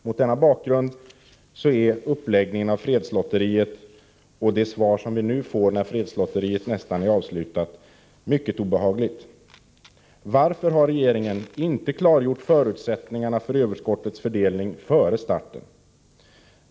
Mot denna bakgrund är uppläggningen av fredslotteriet och det svar som vi nu fått när fredslotteriet nästan är avslutat någonting mycket obehagligt. Varför har regeringen inte klargjort förutsättningarna för överskottets fördelning före starten?